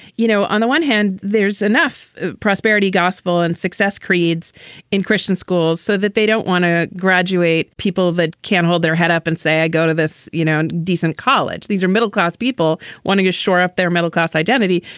you know. on the one hand, there's enough enough prosperity, gospel and success creeds in christian schools so that they don't want to graduate people that can't hold their head up and say, i go to this, you know, decent college. these are middle class people wanting to shore up their middle class identity.